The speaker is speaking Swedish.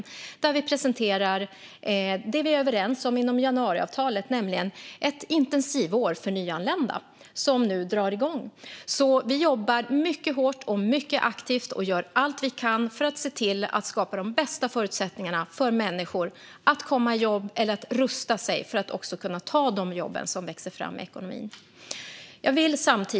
Vi kommer att presentera det vi är överens om inom januariavtalet, nämligen ett intensivår för nyanlända. Vi jobbar hårt och aktivt och gör allt vi kan för att skapa de bästa förutsättningarna för att människor ska komma i jobb eller kunna rusta sig för att kunna ta de jobb som växer fram i ekonomin.